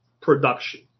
production